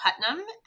Putnam